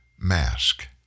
mask